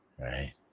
Right